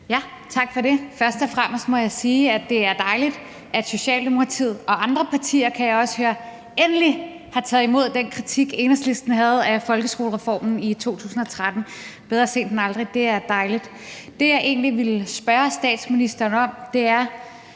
Tak for det. Først og fremmest må jeg sige, at det er dejligt, at Socialdemokratiet og andre partier, kan jeg også høre, endelig har taget imod den kritik, Enhedslisten havde af folkeskolereformen i 2013 – bedre sent end aldrig. Det er dejligt. Det, jeg egentlig ville spørge statsministeren om, handler